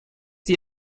die